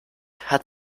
hat